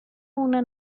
una